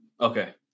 Okay